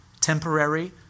temporary